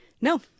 No